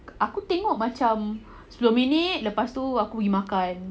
aku tengok macam sepuluh minit lepas tu aku pergi makan